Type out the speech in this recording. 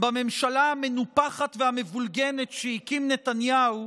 בממשלה המנופחת והמבולגנת שהקים נתניהו,